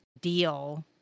deal